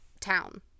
town